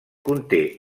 conté